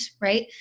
Right